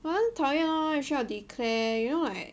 but 很讨厌 lor 需要要 declare you know right